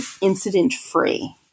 incident-free